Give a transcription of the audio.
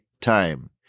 time